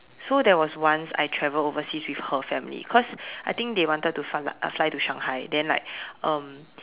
so there was once I travelled overseas with her family cause I think they wanted to fly uh fly to Shanghai then like um